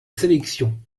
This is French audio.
sélection